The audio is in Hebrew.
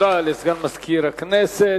תודה לסגן מזכיר הכנסת.